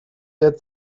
der